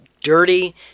dirty